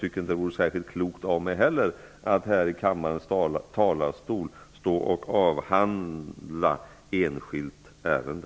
Det vore inte heller särskilt klokt av mig att här i kammarens talarstol avhandla ett enskilt ärende.